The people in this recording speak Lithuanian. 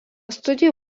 studijų